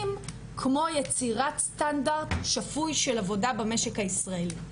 כמו יצירת סטנדרט שפוי של עבודה במשק הישראלי,